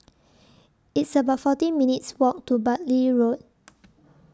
It's about forty minutes' Walk to Bartley Road